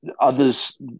others